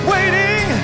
Waiting